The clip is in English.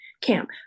camp